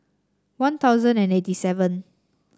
One Thousand and eighty seven